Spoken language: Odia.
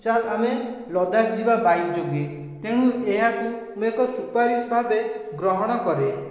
ଚାଲ ଆମେ ଲଦାଖ ଯିବା ବାଇକ୍ ଯୋଗେ ତେଣୁ ଏହାକୁ ମୁଁ ଏକ ସୁପାରିଶ ଭାବେ ଗ୍ରହଣ କରେ